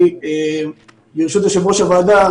ברשות יושב-ראש הוועדה,